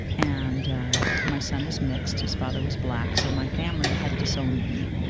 and my son is mixed. his father was black. so my family had disowned me.